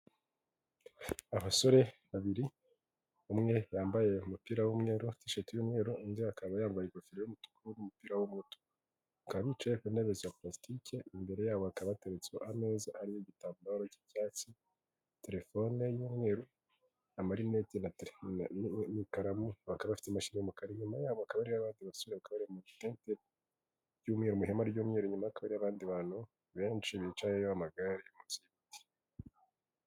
Abasore babiri umwe yambaye umupira w'umweru tishati yumweru undi akaba yambaye ingofero yumutuku n'umupira w'umutuku akaba bicaye ku ntebe za plastike imbere yabo akabateretswe ameza ari igitambaro cy'icyatsi telefone y'umweru na marinet na teyikaramo bakaba bafite amashyirari mu kari inyuma yabo akaba ari badi basuraga bari mutete by' mu ihema ry'mweru nyumakore abandi bantu benshi bicaye hakaba hari amagare.